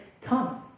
come